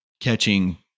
catching